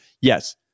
Yes